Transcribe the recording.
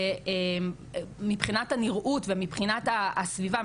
מבחינת הנראות ומבחינת הסביבה,